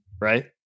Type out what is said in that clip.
right